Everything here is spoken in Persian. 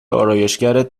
آرایشگرت